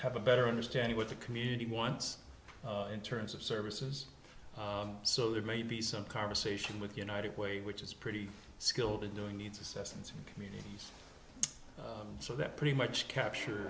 have a better understand what the community wants in terms of services so there may be some conversation with united way which is pretty skilled at doing needs assessments in communities so that pretty much capture